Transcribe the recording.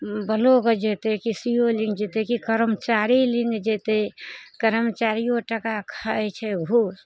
block जेतय कि C O लग जेतय कि कर्मचारी लग जेतय कर्मचारिओ टाका खाइ छै घूस